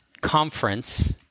conference